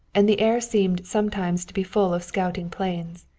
and the air seemed sometimes to be full of scouting planes.